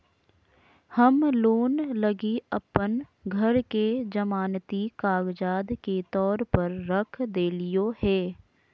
हम लोन लगी अप्पन घर के जमानती कागजात के तौर पर रख देलिओ हें